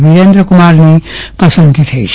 વિરેન્દ્રકુમારની પસંદગી થઈ છે